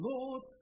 Lord